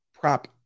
prop